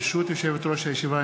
ברשות יושבת-ראש הישיבה,